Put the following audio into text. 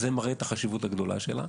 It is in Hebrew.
זה מראה את "החשיבות" הגדולה שלה.